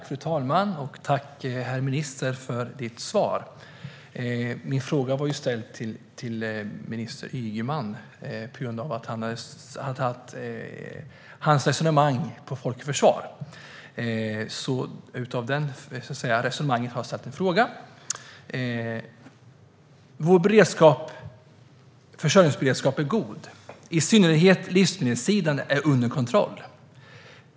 Fru talman! Jag tackar ministern för detta. Interpellationen var ställd till statsrådet Anders Ygeman på grund av hans resonemang på Folk och Försvar. Vår försörjningsberedskap är god. I synnerhet livsmedelssidan är under kontroll.